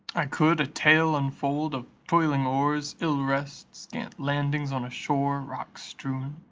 i could a tale unfold of toiling oars, ill rest, scant landings on a shore rock-strewn,